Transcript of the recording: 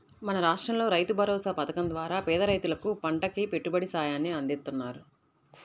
మన రాష్టంలో రైతుభరోసా పథకం ద్వారా పేద రైతులకు పంటకి పెట్టుబడి సాయాన్ని అందిత్తన్నారు